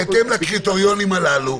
בהתאם לקריטריונים הללו,